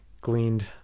gleaned